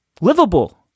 livable